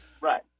Right